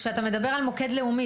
כשאתה מדבר על מוקד לאומי,